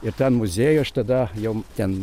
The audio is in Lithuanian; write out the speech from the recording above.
ir ten muziejuj aš tada jau ten